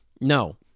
No